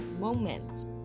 moments